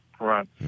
Right